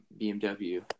BMW